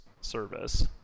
service